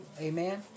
Amen